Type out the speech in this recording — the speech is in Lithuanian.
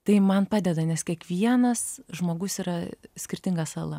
tai man padeda nes kiekvienas žmogus yra skirtinga sala